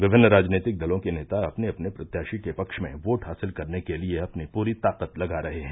विभिन्न राजनीतिक दलों के नेता अपने अपने प्रत्याशी के पक्ष में वोट हासिल करने के लिये अपनी पूरी ताकत लगा रहे हैं